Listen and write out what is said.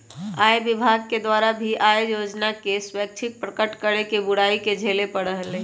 आय विभाग के द्वारा भी आय योजना के स्वैच्छिक प्रकट करे के बुराई के झेले पड़ा हलय